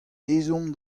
ezhomm